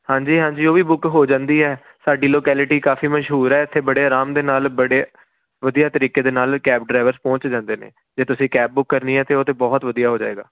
ਹਾਂਜੀ ਹਾਂਜੀ ਉਹ ਵੀ ਬੁੱਕ ਹੋ ਜਾਂਦੀ ਹੈ ਸਾਡੀ ਲੋਕੈਲਿਟੀ ਕਾਫੀ ਮਸ਼ਹੂਰ ਹੈ ਇੱਥੇ ਬੜੇ ਆਰਾਮ ਦੇ ਨਾਲ ਬੜੇ ਵਧੀਆ ਤਰੀਕੇ ਦੇ ਨਾਲ ਕੈਬ ਡਰਾਈਵਰਸ ਪਹੁੰਚ ਜਾਂਦੇ ਨੇ ਜੇ ਤੁਸੀਂ ਕੈਬ ਬੁੱਕ ਕਰਨੀ ਹੈ ਤਾਂ ਉਹ ਤਾਂ ਬਹੁਤ ਵਧੀਆ ਹੋ ਜਾਏਗਾ